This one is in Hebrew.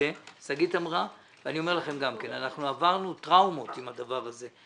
שגית אמרה את זה ואני אומר לכם גם שאנחנו עברנו טראומות עם הדבר הזה.